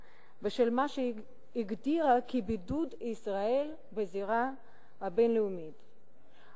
בשל מה שהיא הגדירה "בידוד ישראל בזירה הבין-לאומית".